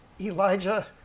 Elijah